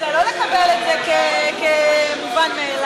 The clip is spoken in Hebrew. צריך להתקומם נגד זה, לא לקבל את זה כמובן מאליו.